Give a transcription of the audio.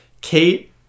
Kate